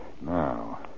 Now